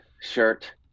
shirt